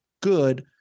good